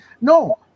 No